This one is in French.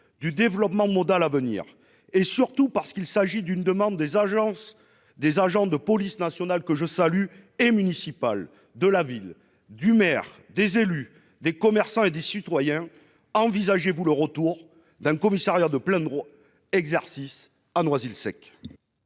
du développement modal à venir et, surtout, parce qu'il s'agit d'une demande des agents de la police nationale, que je salue, et municipale, du maire, des élus, des commerçants et des citoyens, envisagez-vous le retour d'un commissariat de plein exercice à Noisy-le-Sec